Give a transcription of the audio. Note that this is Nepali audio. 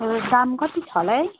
दाम कति छ होला है